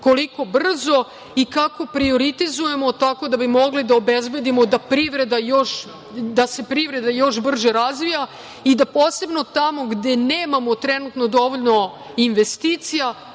koliko brzo i kako prioritizujemo tako da bi mogli da obezbedimo da se privreda još brže razvija i da posebno tamo gde nemamo trenutno dovoljno investicija